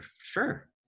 Sure